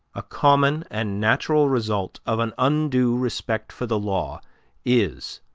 a common and natural result of an undue respect for the law is,